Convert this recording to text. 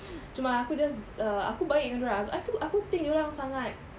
cuma aku just uh aku baik dengan dorang aku aku think dorang sangat